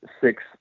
six